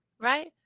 Right